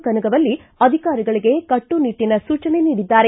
ಕನಗವಲ್ಲಿ ಅಧಿಕಾರಿಗಳಿಗೆ ಕಟ್ಟುನಿಟ್ಟನ ಸೂಚನೆ ನೀಡಿದ್ದಾರೆ